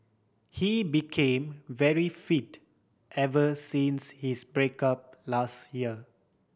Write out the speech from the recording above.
he became very fit ever since his break up last year